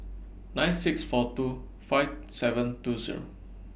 nine six four two five seven two Zero